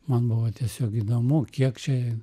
man buvo tiesiog įdomu kiek čia